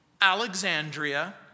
Alexandria